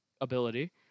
ability